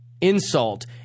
insult